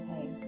hey